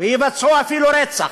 ויבצעו אפילו רצח,